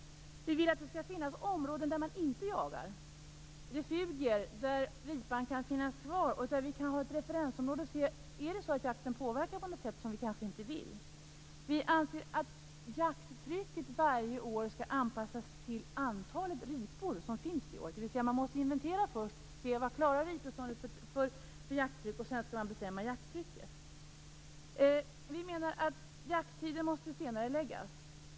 Vi vill att det skall finnas områden där man inte jagar, refugier där ripan kan finnas kvar och som kan vara ett referensområde. Där kan vi se om jakten påverkar på något sätt som vi kanske inte vill. Vi anser att jakttrycket varje år skall anpassas till antalet ripor som finns det året. Man måste först inventera för att se vilket jakttryck ripbeståndet klarar, och sedan bestämmer man jakttrycket. Vi menar att jakttiden måste senareläggas.